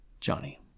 johnny